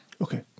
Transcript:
Okay